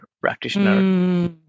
practitioner